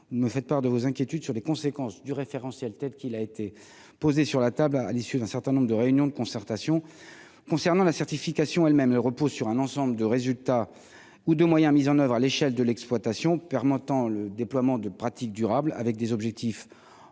ou ne me faites part de vos inquiétudes sur les conséquences du référentiel telle qu'il a été posé sur la table à à l'issue d'un certain nombre de réunions de concertation concernant la certification elles-mêmes repose sur un ensemble de résultats ou de moyens mis en oeuvre à l'échelle de l'exploitation permettant le déploiement de pratiques, durables, avec des objectifs